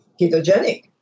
ketogenic